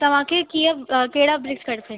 तव्हांखे कीअं कहिड़ा ब्रिक्स खपनि